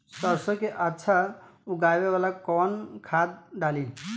सरसो के अच्छा उगावेला कवन खाद्य डाली?